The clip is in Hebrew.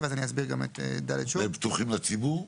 הם פתוחים לציבור?